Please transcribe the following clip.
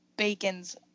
Bacon's